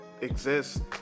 exist